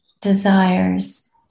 desires